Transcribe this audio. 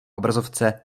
obrazovce